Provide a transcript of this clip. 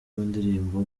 ndirimbo